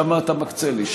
כמה אתה מקצה לי,